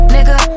Nigga